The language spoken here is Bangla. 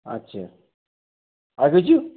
আচ্ছা আর কিছু